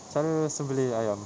cara sembelih ayam